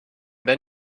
then